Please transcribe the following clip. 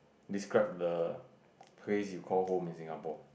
describe the place you call home in Singapore